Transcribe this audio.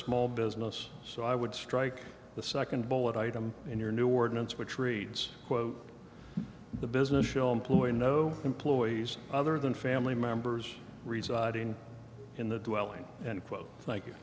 small business so i would strike the second bullet item in your new ordinance which reads quote the business show employing no employees other than family members residing in the well and